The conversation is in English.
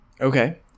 Okay